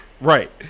Right